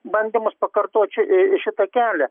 bandymas pakartot ši ee šitą kelią